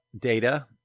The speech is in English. data